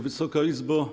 Wysoka Izbo!